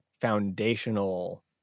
foundational